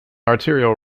arterial